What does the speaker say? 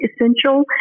essential